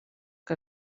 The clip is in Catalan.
que